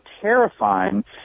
terrifying